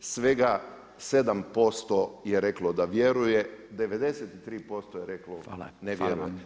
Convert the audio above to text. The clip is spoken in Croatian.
Svega 7% je reklo da vjeruje, 93% je reklo ne vjeruje